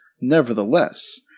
Nevertheless